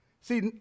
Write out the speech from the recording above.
See